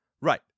right